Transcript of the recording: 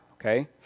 okay